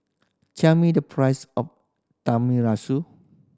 tell me the price of